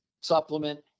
supplement